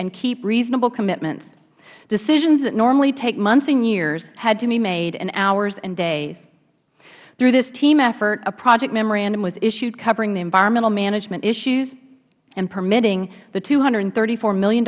and keep reasonable commitments decisions that normally take months and years had to be made in hours and days through this team effort a project memorandum was issued covering the environmental management issues and permitting the two hundred and thirty four